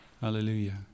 Hallelujah